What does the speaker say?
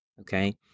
okay